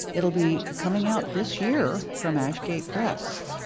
it will be coming out this year from ashgate press.